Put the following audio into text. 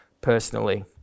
personally